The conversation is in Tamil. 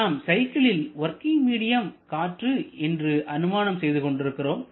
நாம் சைக்கிளில் வொர்கிங் மீடியம் காற்று என்று அனுமானம் செய்து கொண்டிருக்கிறோம்